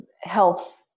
health